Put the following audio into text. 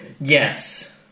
Yes